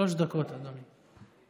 שלוש דקות, אדוני.